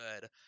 good